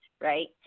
right